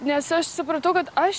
nes aš supratau kad aš